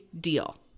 deal